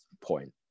point